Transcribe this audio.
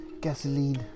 Gasoline